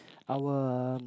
our um